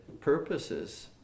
purposes